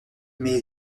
mais